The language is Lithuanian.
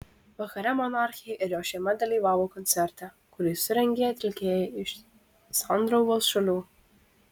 vakare monarchė ir jos šeima dalyvavo koncerte kurį surengė atlikėjai iš sandraugos šalių